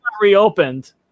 reopened